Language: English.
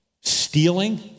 stealing